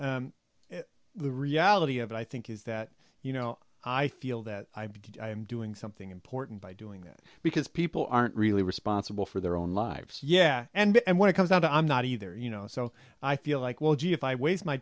but the reality of it i think is that you know i feel that i am doing something important by doing that because people aren't really responsible for their own lives yeah and when it comes out i'm not either you know so i feel like well gee if i waste my